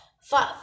five